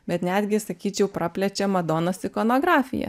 bet netgi sakyčiau praplečia madonos ikonografiją